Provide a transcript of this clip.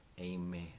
Amen